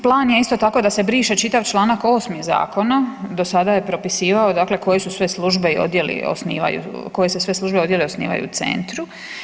Plan je isto tako da se briše čitav čl. 8. zakona, do sada je propisivao dakle koje se sve službe i odjeli osnivaju, koje se sve službe i odjeli osnivaju u centru.